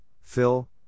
Phil